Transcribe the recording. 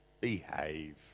behave